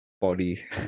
body